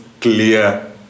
clear